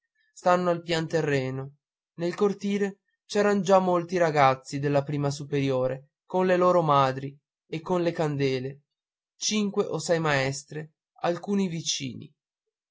stanno al pian terreno nel cortile c'eran già molti ragazzi della prima superiore con le loro madri e con le candele cinque o sei maestre alcuni vicini